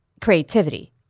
creativity